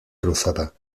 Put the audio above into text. cruzada